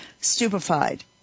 stupefied